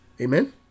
Amen